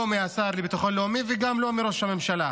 לא מהשר לביטחון לאומי וגם לא מראש הממשלה,